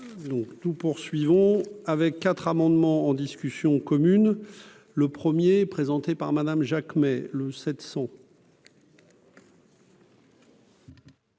Nous poursuivons avec 4 amendements en discussion commune le 1er présentée par Madame Jacques mais le 700.